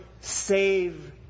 save